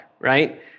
right